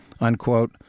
unquote